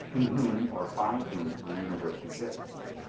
in whom, or by whom, the universe exists,